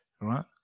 right